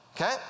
Okay